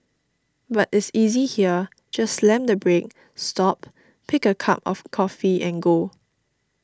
but is easy here just slam the brake stop pick a cup of coffee and go